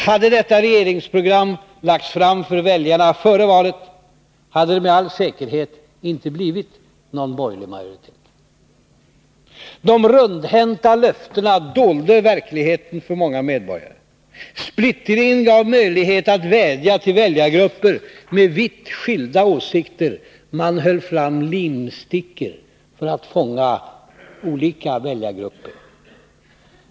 Hade detta regeringsprogram lagts fram för väljarna före valet, hade det med all säkerhet inte blivit en borgerlig majoritet. De rundhänta löftena dolde verkligheten för många medborgare. Splittringen gav möjlighet att vädja till väljargrupper med vitt skilda åsikter. Man höll fram limstickor för att fånga olika väljargrupper.